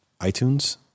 iTunes